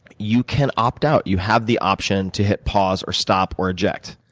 you can opt out. you have the option to hit pause, or stop, or eject.